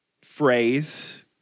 phrase